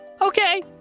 Okay